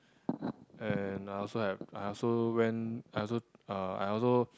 and I also have I also went I also uh I also